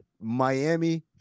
Miami